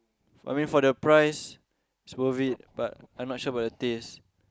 I mean for the price it's worth it but I not sure about the taste